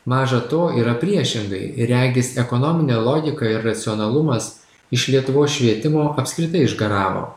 maža to yra priešingai ir regis ekonominė logika ir racionalumas iš lietuvos švietimo apskritai išgaravo